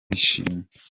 bishimye